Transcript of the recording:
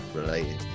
related